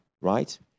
right